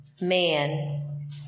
Man